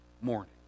morning